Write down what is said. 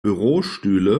bürostühle